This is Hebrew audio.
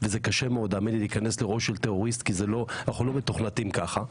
וזה קשה כי אנחנו לא מתוכנתים כך.